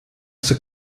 sir